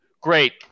Great